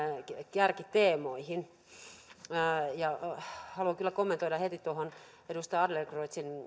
kärkiteemoihin haluan kyllä kommentoida heti tuohon edustaja adlercreutzin